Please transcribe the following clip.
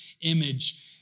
image